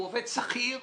הוא עובד שכיר.